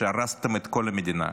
הרסתם את כל המדינה.